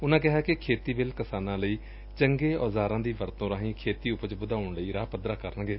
ਉਨੂਾ ਕਿਹਾ ਕਿ ਖੇਤੀ ਬਿੱਲ ਕਿਸਾਨਾ ਲਈ ਚੰਗੇ ਔਜ਼ਾਰਾਂ ਦੀ ਵਰਤੋਂ ਰਾਹੀਂ ਖੇਤੀ ਉਪਜ ਵਧਾਉਣ ਲਈ ਰਾਹ ਪੋਧਰਾ ਕਰਨਗੇ